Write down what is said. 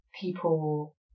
people